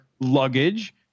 luggage